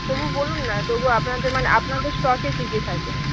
তবু বলুন না তবু আপনাদের মানে আপনাদের স্টকে কী কী থাকে